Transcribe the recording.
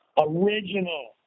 original